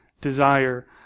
desire